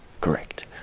Correct